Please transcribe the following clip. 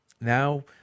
now